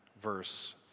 verse